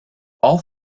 all